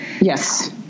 Yes